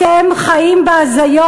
אתם חיים בהזיות.